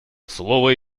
слово